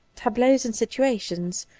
tab leaus and situations,